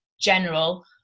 general